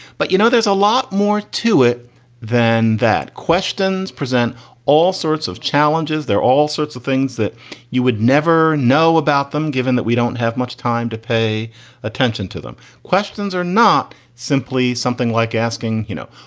but, you know, there's a lot more to it than that. questions present all sorts of challenges. there are all sorts of things that you would never know about them. given that we don't have much time to pay attention to them, questions are not simply something like asking, you know,